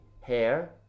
hair